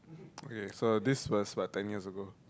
okay so this was about ten years ago